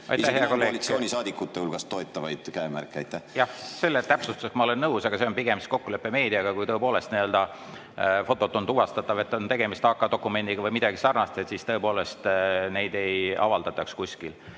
sain ka koalitsioonisaadikute hulgast toetavaid käemärke. Jah, selle täpsustusega ma olen nõus, aga see on pigem kokkulepe meediaga, et kui tõepoolest fotolt on tuvastatav, et on tegemist AK-dokumendiga või midagi sarnast, siis seda ei avaldataks kuskil.